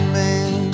man